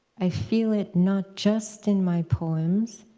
i feel it not just in my poems,